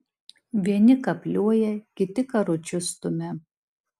vieni kapliuoja kiti karučius stumia